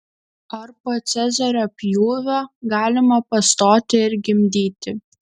ar po cezario pjūvio galima pastoti ir gimdyti